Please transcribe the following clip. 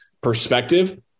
perspective